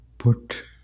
put